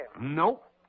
Nope